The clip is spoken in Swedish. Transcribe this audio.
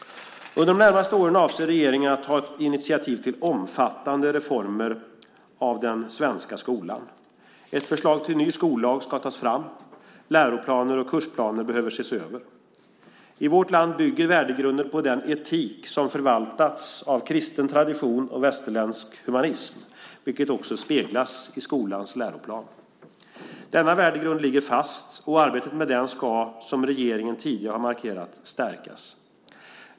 Under de närmaste åren avser regeringen att ta initiativ till omfattande reformer när det gäller den svenska skolan. Ett förslag till ny skollag ska tas fram. Läroplaner och kursplaner behöver ses över. I vårt land bygger värdegrunden på den etik som förvaltats av kristen tradition och västerländsk humanism, vilket också speglas i skolans läroplan. Denna värdegrund ligger fast, och arbetet med den ska, som regeringen tidigare har markerat, stärkas.